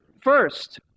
First